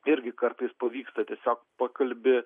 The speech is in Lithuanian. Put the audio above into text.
irgi kartais pavyksta tiesiog pakalbi